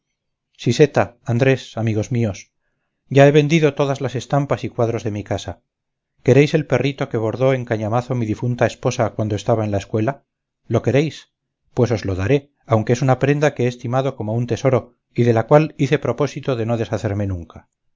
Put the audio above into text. manifiesto siseta andrés amigos míos ya he vendido todas las estampas y cuadros de mi casa queréis el perrito que bordó en cañamazo mi difunta esposa cuando estaba en la escuela lo queréis pues os lo daré aunque es una prenda que he estimado como un tesoro y de la cual hice propósito de no deshacerme nunca